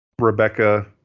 Rebecca